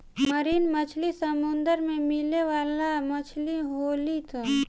marine मछली समुंदर में मिले वाला मछली होली सन